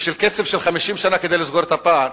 וקצב של 50 שנה כדי לסגור את הפער,